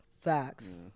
Facts